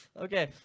Okay